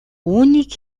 үүнийг